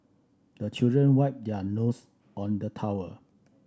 the children wipe their nose on the towel